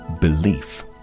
belief